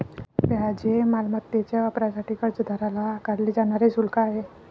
व्याज हे मालमत्तेच्या वापरासाठी कर्जदाराला आकारले जाणारे शुल्क आहे